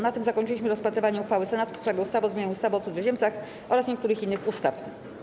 Na tym zakończyliśmy rozpatrywanie uchwały Senatu w sprawie ustawy o zmianie ustawy o cudzoziemcach oraz niektórych innych ustaw.